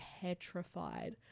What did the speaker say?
petrified